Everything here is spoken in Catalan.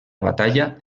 batalla